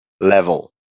level